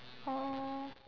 oh